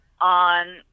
on